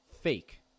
fake